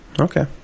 Okay